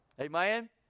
amen